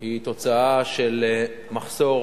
היא תוצאה של מחסור